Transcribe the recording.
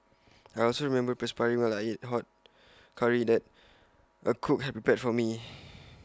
I also remember perspiring while I ate hot Curry that A cook had prepared for me